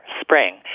spring